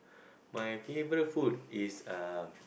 my favourite food is uh